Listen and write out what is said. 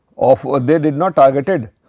of. they did not targeted